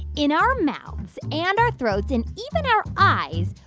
in our mouths and our throats and even our eyes,